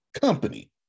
company